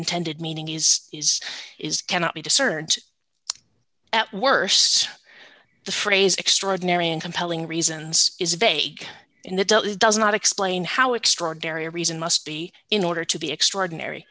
intended meaning is is is cannot be discerned at worst the phrase extraordinary and compelling reasons is vague in the deal it does not explain how extraordinary reason must be in order to be extraordinary